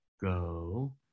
go